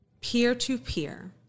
peer-to-peer